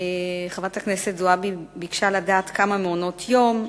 חברת הכנסת זועבי ביקשה לדעת כמה מעונות-יום,